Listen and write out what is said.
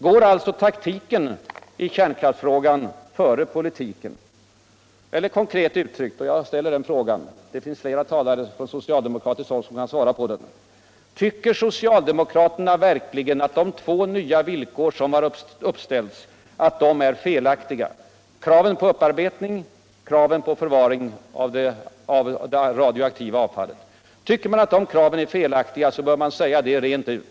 Går alltså täaktiken i kärnkraftsfrågan före poliuiken? Eller kKonkret uttryckt - Jug ställer frågan. eftersom det finns andra talare från soctaldemokratiskt häll som kan svara på den: Tvycker socialdemokraterna verkligen utt de två villkor som ställts upp är felaktiga, krävet på'uppurbclning och kravet på förvaring av det radioaktiva avfallet? Tvycker man a de kraven är felaktiga, bör man säga det rent ut.